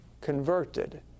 converted